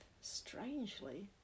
strangely